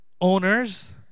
owners